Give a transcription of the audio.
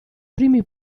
primi